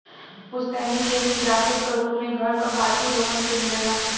पुस्तैनी खेत विरासत क रूप में घर क बाकी लोगन के मिलेला